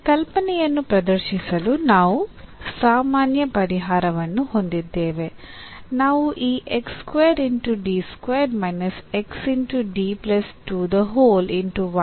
ಈ ಕಲ್ಪನೆಯನ್ನು ಪ್ರದರ್ಶಿಸಲು ನಾವು ಸಾಮಾನ್ಯ ಪರಿಹಾರವನ್ನು ಹೊಂದಿದ್ದೇವೆ